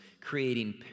creating